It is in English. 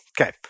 Okay